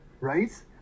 right